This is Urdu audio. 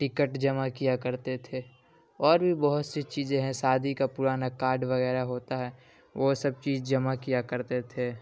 ٹکٹ جمع کیا کرتے تھے اور بھی بہت سی چیزیں ہیں شادی کا پرانا کارڈ وغیرہ ہوتا ہے وہ سب چیز جمع کیا کرتے تھے